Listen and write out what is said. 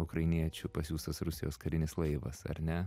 ukrainiečių pasiųstas rusijos karinis laivas ar ne